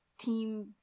Team